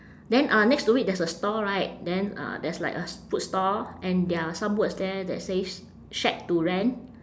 then uh next to it there's a stall right then uh there's like a s~ food stall and there are some words there that says shack to rent